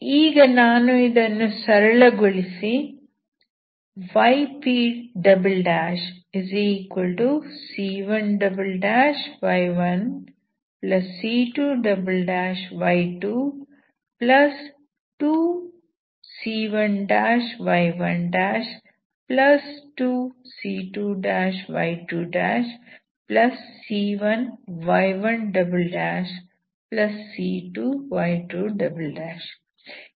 ಈಗ ನಾನು ಇದನ್ನು ಸರಳಗೊಳಿಸಿ ypc1y1c2y22c1y12c2y2c1y1c2y2 ಈ ರೀತಿಯಾಗಿ ಬರೆಯುತ್ತೇನೆ